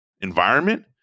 environment